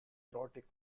erotic